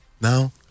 Now